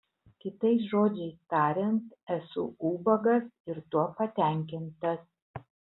kitais žodžiais tariant esu ubagas ir tuo patenkintas